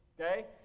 Okay